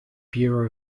bureau